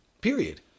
Period